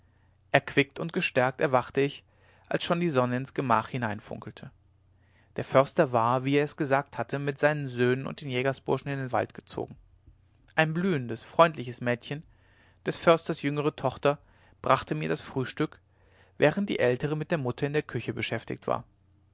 erquickt und gestärkt erwachte ich als schon die sonne ins gemach hineinfunkelte der förster war wie er es gesagt hatte mit seinen söhnen und den jägerburschen in den wald gezogen ein blühendes freundliches mädchen des försters jüngere tochter brachte mir das frühstück während die ältere mit der mutter in der küche beschäftigt war